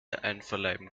einverleiben